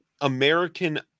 American